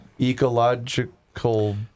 Ecological